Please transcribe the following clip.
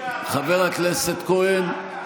חבר הכנסת כהן,